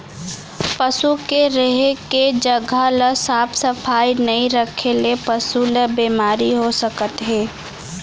पसू के रेहे के जघा ल साफ सफई नइ रखे ले पसु ल बेमारी हो सकत हे